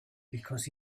because